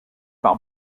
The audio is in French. par